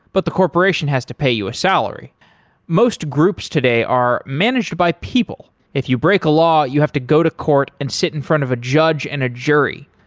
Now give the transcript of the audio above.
but the corporation has to pay you a salary most groups today are managed by people. if you break a law, you have to go to court and sit in front of a judge and a jury.